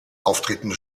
auftretende